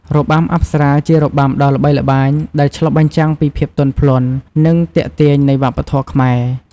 របាំអប្សរា ជារបាំដ៏ល្បីល្បាញ ដែលឆ្លុះបញ្ចាំងពីភាពទន់ភ្លន់ និងទាក់ទាញនៃវប្បធម៌ខ្មែរ។